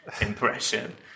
impression